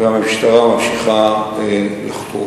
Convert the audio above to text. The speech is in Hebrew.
והמשטרה ממשיכה לחקור